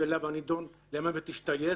שאליו הנידון למוות השתייך,